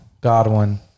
Godwin